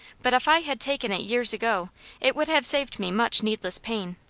but if i had taken it years ago it would have saved me much needless pain.